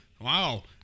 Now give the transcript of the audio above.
wow